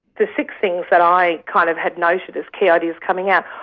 the six things that i kind of had noted as key ideas coming out,